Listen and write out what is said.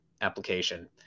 application